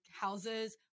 houses